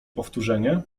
powtórzenie